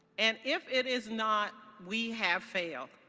and if it is not, we have failed.